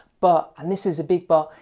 but, and this is a big but,